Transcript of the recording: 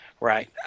Right